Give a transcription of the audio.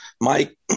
Mike